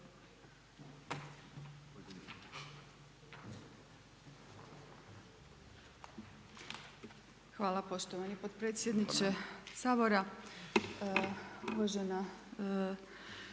Hvala poštovani potpredsjedniče. Evo još